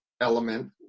element